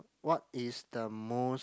what is the most